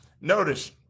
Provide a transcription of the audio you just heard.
Notice